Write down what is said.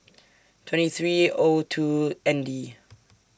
twenty three O two N D